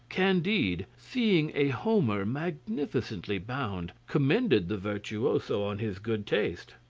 candide, seeing a homer magnificently bound, commended the virtuoso on his good taste.